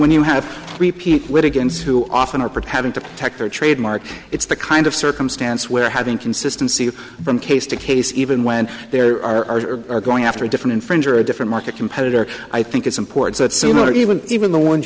when you have repeat wiggins who often are pretending to protect their trademark it's the kind of circumstance where having consistency from case to case even when there are are going after different infringer a different market competitor i think it's important that soon not even even the ones